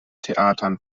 theatern